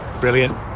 Brilliant